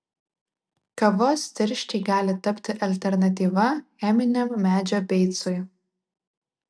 kavos tirščiai gali tapti alternatyva cheminiam medžio beicui